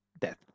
death